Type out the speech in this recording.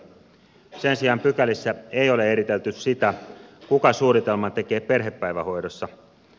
sen sijaan pykälissä ei ole eritelty sitä kuka suunnitelman tekee perhepäivähoidossa